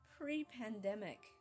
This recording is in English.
pre-pandemic